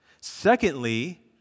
Secondly